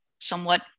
somewhat